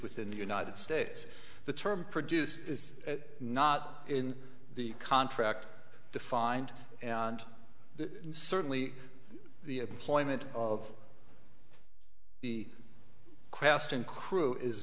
within the united states the term produced is not in the contract defined and certainly the employment of the craft and crew is